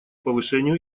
повышению